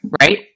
Right